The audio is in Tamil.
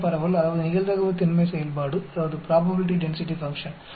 பீட்டா பரவல் அதாவது நிகழ்தகவு திண்மை செயல்பாடு 0